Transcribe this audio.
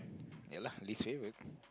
ya lah least favorite